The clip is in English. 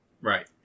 Right